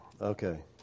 okay